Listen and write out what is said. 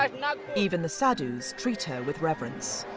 um even the sadhus treat her with reverence.